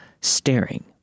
staring